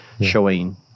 showing